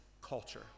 culture